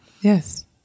Yes